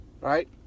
right